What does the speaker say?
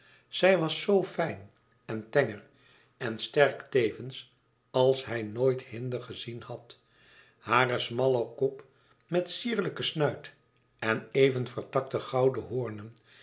zij was zoo fijn en tenger en sterk tevens als hij nooit hinde gezien had hare smalle kop met sierlijken snuit en even vertakte gouden horenen